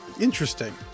interesting